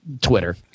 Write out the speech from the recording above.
Twitter